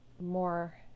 more